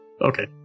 Okay